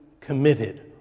committed